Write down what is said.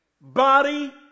body